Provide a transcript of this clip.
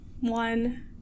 one